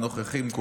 כל הנוכחים,